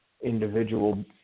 individual